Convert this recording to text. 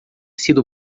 sido